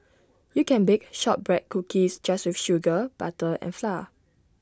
you can bake Shortbread Cookies just with sugar butter and flour